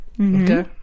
Okay